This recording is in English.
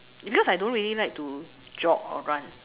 because I don't really like to jog or run